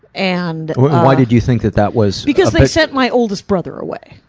and why did you think that that was? because they sent my oldest brother away.